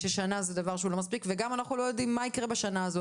ששנה זה לא מספיק וגם אנחנו לא יודעים מה יקרה בשנה הזו.